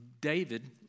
David